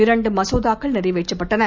இரண்டு மசோதாக்கள் நிறைவேற்றப்பட்டன